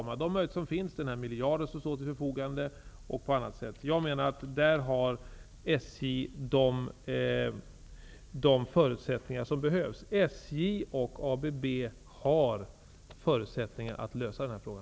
Med de möjligheter som finns och den miljard som som står till förfogande har SJ de förutsättningar som behövs. SJ och ABB har förutsättningar att lösa denna fråga.